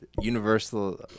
Universal